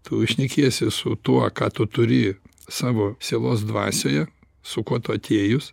tu šnekiesi su tuo ką tu turi savo sielos dvasioje su kuo tu atėjus